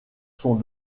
sont